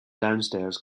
downstairs